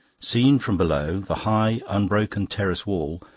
seen from below, the high unbroken terrace wall,